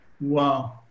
Wow